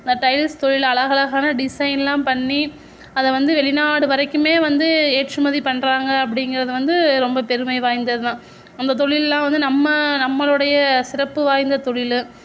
இந்த டைல்ஸ் தொழில் அழகழகான டிசைன்லாம் பண்ணி அதை வந்து வெளிநாடு வரைக்கும் வந்து ஏற்றுமதி பண்ணுறாங்க அப்படிங்கிறது வந்து ரொம்ப பெருமை வாய்ந்தது தான் அந்த தொழில்லாம் வந்து நம்ம நம்மளுடைய சிறப்பு வாய்ந்த தொழில்